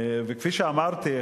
וכפי שאמרתי,